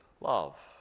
love